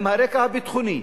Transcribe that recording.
עם הרקע הביטחוני,